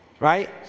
right